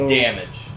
damage